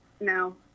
no